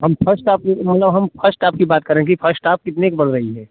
हम first top की मतलब हम फस्ट टाप की बात कर रहे हैं की फस्ट टाप कितने की पड़ रही है